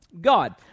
God